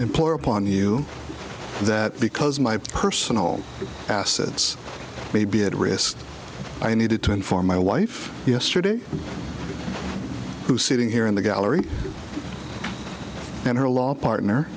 employer upon you that because my personal assets may be at risk i needed to inform my wife yesterday who sitting here in the gallery and her law partner